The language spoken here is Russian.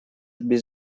без